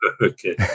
Okay